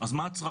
אז מה הצרכים?